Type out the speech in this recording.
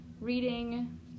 reading